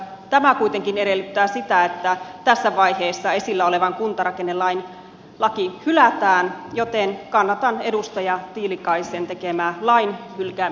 tämä kuitenkin edellyttää sitä että tässä vaiheessa esillä oleva kuntarakennelaki hylätään joten kannatan edustaja tiilikaisen tekemää lain hylkäämisesitystä